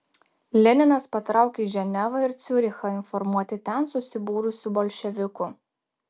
leninas patraukė į ženevą ir ciurichą informuoti ten susibūrusių bolševikų